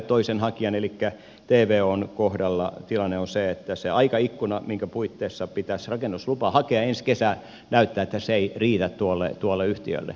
toisen hakijan elikkä tvon kohdalla tilanne on se että näyttää että se aikaikkuna minkä puitteissa pitäisi rakennuslupa hakea ensi kesä ei riitä tuolle yhtiölle